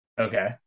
Okay